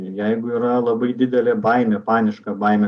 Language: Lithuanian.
jeigu yra labai didelė baimė paniška baimė